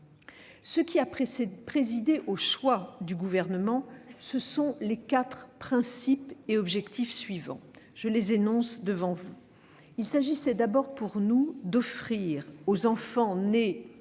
Ce qui a présidé au choix du Gouvernement, ce sont les quatre principes et objectifs suivants. Il s'agissait d'abord pour nous d'offrir aux enfants nés